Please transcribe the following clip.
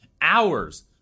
hours